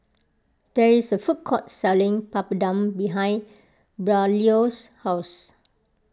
there is a food court selling Papadum behind Braulio's house